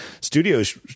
studios